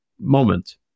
moment